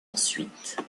ensuite